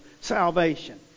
salvation